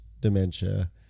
dementia